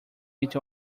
each